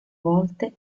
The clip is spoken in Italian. volte